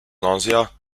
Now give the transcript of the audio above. nausea